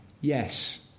Yes